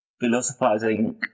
Philosophizing